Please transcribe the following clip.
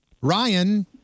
Ryan